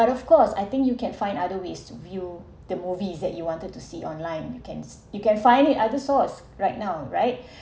but of course I think you can find other ways to view the movies that you wanted to see online you cans you can find it other source right now right